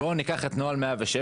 בואו ניקח את נוהל 106,